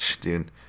dude